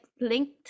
linked